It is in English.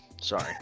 sorry